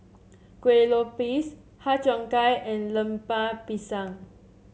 Kueh Lopes Har Cheong Gai and Lemper Pisang